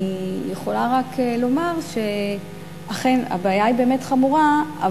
אני יכולה רק לומר שאכן הבעיה היא באמת חמורה,